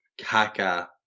Kaka